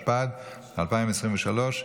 התשפ"ד 2023,